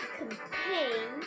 campaign